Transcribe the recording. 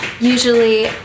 usually